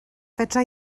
fedra